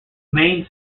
main